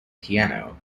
piano